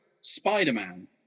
Spider-Man